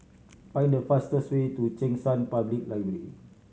find the fastest way to Cheng San Public Library